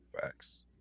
Facts